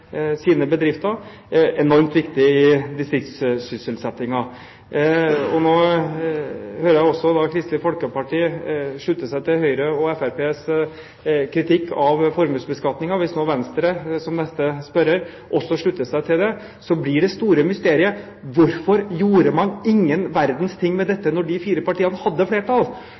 sine bedrifter, noe som er enormt viktig i distriktssysselsettingen. Nå hører jeg også Kristelig Folkeparti slutte seg til Høyres og Fremskrittspartiets kritikk av formuesbeskatningen. Hvis nå Venstre, som er neste spørrer, også slutter seg til det, blir det store mysteriet: Hvorfor gjorde man ingen verdens ting med dette da de fire partiene hadde flertall?